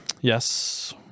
yes